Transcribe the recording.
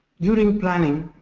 during planning,